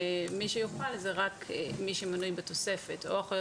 ומי שיוכל זה רק מי שמנוי בתוספת: או אחיות